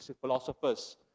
philosophers